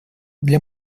для